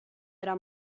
era